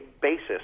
basis